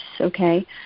okay